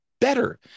better